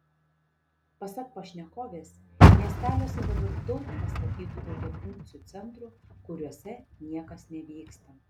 pasak pašnekovės miesteliuose dabar daug pastatytų daugiafunkcių centrų kuriuose niekas nevyksta